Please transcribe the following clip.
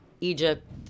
Egypt